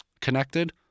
connected